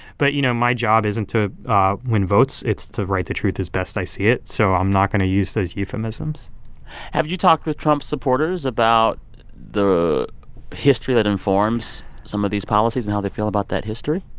but, you know, my job isn't to win votes. it's to write the truth as best i see it. so i'm not going to use those euphemisms have you talked with trump supporters about the history that informs some of these policies and how they feel about that history?